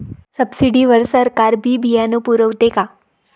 Subsidy वर सरकार बी बियानं पुरवते का?